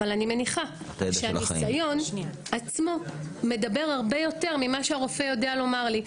אבל אני מניחה שהניסיון עצמו מדבר הרבה יותר ממה שהרופא יודע לומר לי.